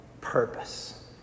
purpose